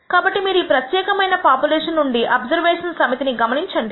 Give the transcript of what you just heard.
కాబట్టి మీరు ఈ ప్రత్యేకమైన పాపులేషన్ నుండి అబ్సర్వేషన్స్ సమితి ని గమనించండి